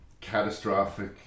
catastrophic